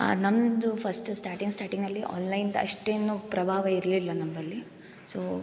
ಆ ನಮ್ಮದು first starting ಸ್ಟಾರ್ಟಿಂಗ್ನಲ್ಲಿ ಆನ್ಲೈನ್ದು ಅಷ್ಟೇನು ಪ್ರಭಾವ ಇರಲಿಲ್ಲ ನಮ್ಮಲ್ಲಿ ಸೊ